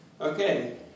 Okay